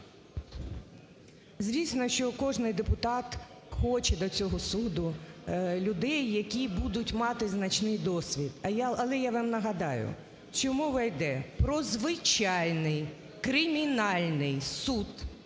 Звісно, що кожний депутат хоче до цього суду людей, які будуть мати значний досвід. Але я вам нагадаю, що мова йде про звичайний кримінальний суд,